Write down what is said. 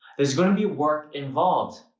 there's going to be work involved.